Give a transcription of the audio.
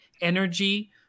energy